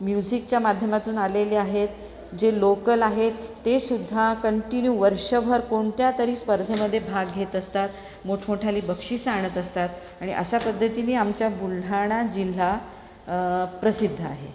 म्युझिकच्या माध्यमातून आलेल्या आहेत जे लोकल आहेत ते सुद्धा कन्टीन्यु वर्षभर कोणत्या तरी स्पर्धे मध्ये भाग घेत असतात मोठमोठाली बक्षीसं आणत असतात आणि अशा पद्धतीने आमच्या बुलढाणा जिल्हा प्रसिद्ध आहे